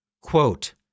Quote